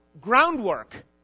groundwork